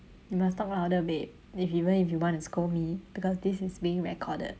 you must talk louder babe if even if you want to scold me because this is being recorded